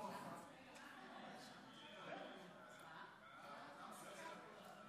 (הוראות מיוחדות לעניין ועדת הבחירות),